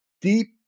Deep